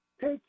take